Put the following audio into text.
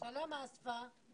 יש שתי חיילות.